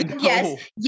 Yes